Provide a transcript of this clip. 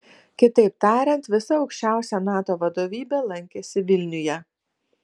kitaip tariant visa aukščiausia nato vadovybė lankėsi vilniuje